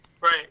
Right